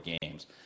games